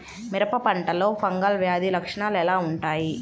మిరప పంటలో ఫంగల్ వ్యాధి లక్షణాలు ఎలా వుంటాయి?